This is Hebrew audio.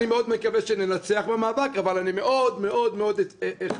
אני מאוד מקווה שננצח במאבק אבל אני מאוד-מאוד אכעס